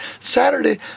Saturday